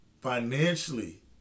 Financially